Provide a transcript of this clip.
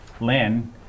Lynn